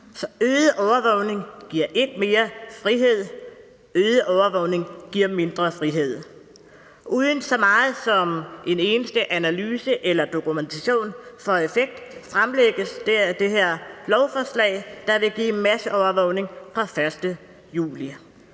Så øget overvågning giver ikke mere frihed – øget overvågning giver mindre frihed. Uden så meget som en eneste analyse eller dokumentation for effekten fremlægges det her lovforslag, der vil give masseovervågning fra den 1. juli.